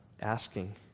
asking